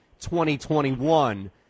2021